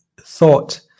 thought